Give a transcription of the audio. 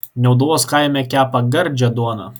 niauduvos kaime kepa gardžią duoną